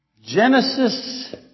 Genesis